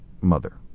mother